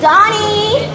Donnie